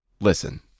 listen